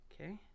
Okay